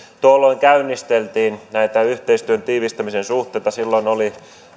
tuolloin käynnisteltiin näitä yhteistyön tiivistämisen suhteita silloin oli